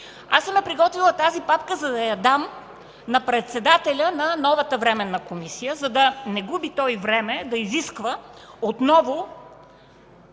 Аз съм я приготвила тази папка, за да я дам на председателя на новата временна комисия, за да не губи той време да изисква отново